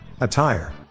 Attire